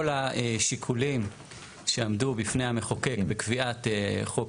כל השיקולים שעמדו בפני המחוקק בקביעת חוק,